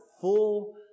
full